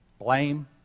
Blame